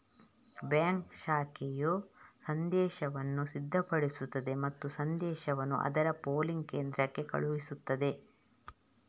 bank ಶಾಖೆಯು ಸಂದೇಶವನ್ನು ಸಿದ್ಧಪಡಿಸುತ್ತದೆ ಮತ್ತು ಸಂದೇಶವನ್ನು ಅದರ ಪೂಲಿಂಗ್ ಕೇಂದ್ರಕ್ಕೆ ಕಳುಹಿಸುತ್ತದೆ